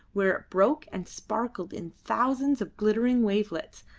where it broke and sparkled in thousands of glittering wavelets,